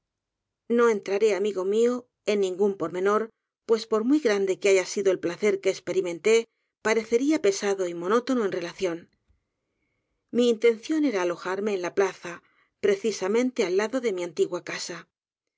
no entraré amigo mió en ningún pormenor pues por muy grande que baya sido el placer que esperimenté parecería pesado y monótonoen relación mi intención era alojarme en la plaza p r e c i samente al lado de mi'antigua casa